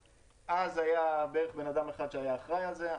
אז היה בערך בן אדם אחד שהיה אחראי לזה.